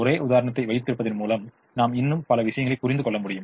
ஒரே உதாரணத்தை வைத்திருப்பதன் மூலம் நாம் இன்னும் பல விஷயங்களை புரிந்து கொள்ள முடியும்